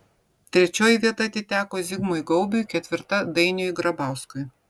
trečioji vieta atiteko zigmui gaubiui ketvirta dainiui grabauskui